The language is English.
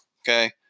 Okay